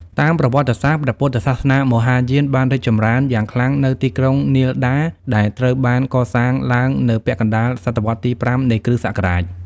តាមប្រវត្តិសាស្ត្រ ព្រះពុទ្ធសាសនាមហាយានបានរីកចម្រើនយ៉ាងខ្លាំងនៅ ទីក្រុងនាលន្តា ដែលត្រូវបានកសាងឡើងនៅពាក់កណ្តាលសតវត្សរ៍ទី ៥ នៃគ.ស.។